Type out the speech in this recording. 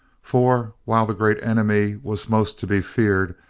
for while the great enemy was most to be feared,